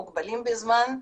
מוגבלים בזמן,